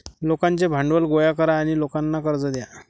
लोकांचे भांडवल गोळा करा आणि लोकांना कर्ज द्या